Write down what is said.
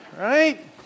Right